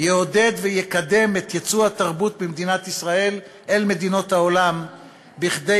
ויעודד ויקדם את ייצוא התרבות במדינת ישראל אל מדינות העולם כדי